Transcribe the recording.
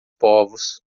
povos